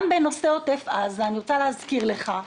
גם בנושא עוטף עזה, אני רוצה להזכיר לך,